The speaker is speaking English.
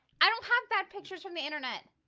i don't have that pictures from the internet